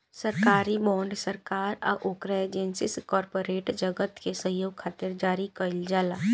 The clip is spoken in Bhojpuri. सरकारी बॉन्ड सरकार आ ओकरा एजेंसी से कॉरपोरेट जगत के सहयोग खातिर जारी कईल जाला